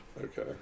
Okay